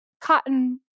cotton